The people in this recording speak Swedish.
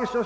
inte.